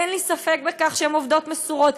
אין לי ספק בכך שהן עובדות מסורות.